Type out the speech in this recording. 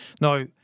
Now